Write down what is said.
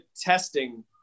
testing